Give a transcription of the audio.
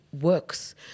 works